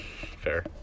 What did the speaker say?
Fair